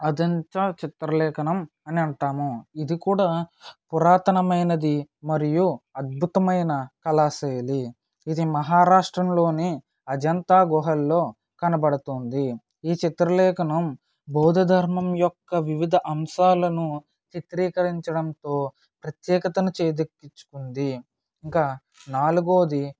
అజంతా చిత్రలేఖనం అని అంటాము ఇది కూడా పురాతనమైనది మరియు అద్భుతమైన కళాశైలి ఇది మహారాష్ట్రంలోని అజంతా గుహల్లో కనపడుతుంది ఈ చిత్రలేఖనం బౌద్ధధర్మం యొక్క వివిధ అంశాలను చిత్రీకరించడంతో ప్రత్యేకతను చేజిక్కించుకుంది ఇంకా నాలుగవది